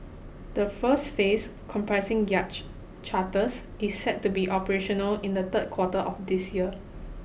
the first phase comprising yacht charters is set to be operational in the third quarter of this year